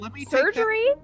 surgery